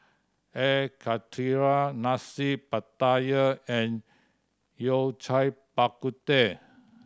Air Karthira Nasi Pattaya and Yao Cai Bak Kut Teh